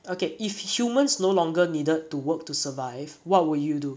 okay if humans no longer needed to work to survive what will you do